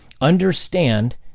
understand